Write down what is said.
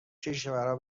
کشورها